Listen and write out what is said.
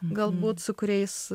galbūt su kuriais